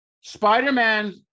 Spider-Man